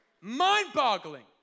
mind-boggling